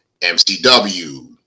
MCW